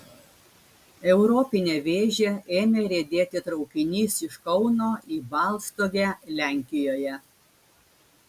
europine vėže ėmė riedėti traukinys iš kauno į balstogę lenkijoje